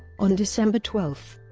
on december twelve,